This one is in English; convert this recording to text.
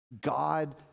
God